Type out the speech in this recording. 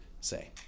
say